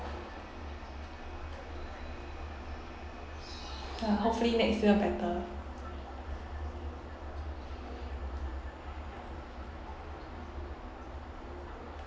ya hopefully next year better